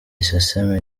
isesemi